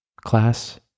class